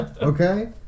okay